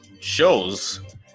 Shows